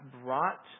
brought